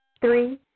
Three